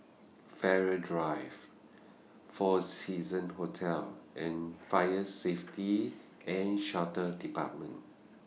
Farrer Drive four Seasons Hotel and Fire Safety and Shelter department